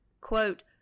Quote